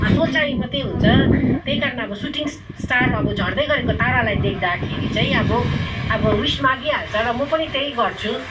सोचाइ मात्रै हुन्छ त्यही कारण अब एउटा सुटिङ स्टार अब झर्दै गरेको तारालाई देख्दाखेरि चाहिँ अब ह्वीस मागिहाल्छ र म पनि त्यही गर्छु